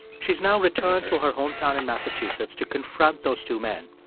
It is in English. she's now returned to her hometown in massachusetts to confront those two men.